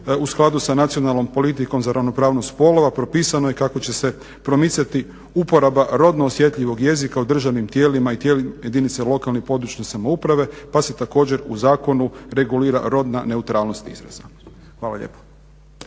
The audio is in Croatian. u skladu sa nacionalnom politikom za ravnopravnost spolova propisano je kako će se promicati uporaba rodno osjetljivog jezika u državnim tijelima i tijelima jedinca lokalne i područne samouprave pa se također u zakonu regulira rodna neutralnost izraza. Hvala lijepo.